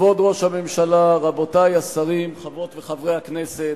כבוד ראש הממשלה, רבותי השרים, חברות וחברי הכנסת,